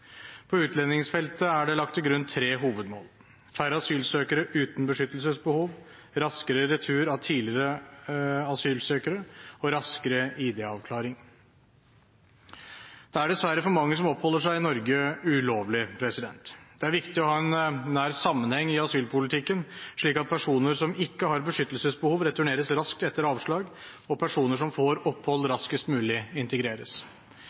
På utlendingsfeltet er det lagt til grunn tre hovedmål: færre asylsøkere uten beskyttelsesbehov, raskere retur av tidligere asylsøkere og raskere id-avklaring. Det er dessverre for mange som oppholder seg i Norge ulovlig. Det er viktig å ha en nær sammenheng i asylpolitikken, slik at personer som ikke har beskyttelsesbehov, returneres raskt etter avslag, og personer som får opphold, raskest mulig integreres.